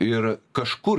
ir kažkur